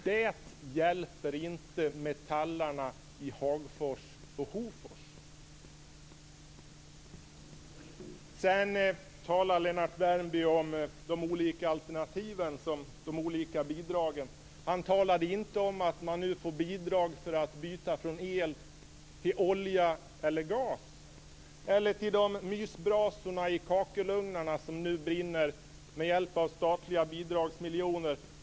Det hjälper inte metallarna i Hagfors och Hofors. Sedan talade Lennart Värmby om de olika alternativen och de olika bidragen. Men han talade inte om att man nu får bidrag för att byta från el till olja eller gas, eller om mysbrasorna i kakelugnarna som nu brinner med hjälp av statsliga bidragsmiljoner.